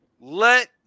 Let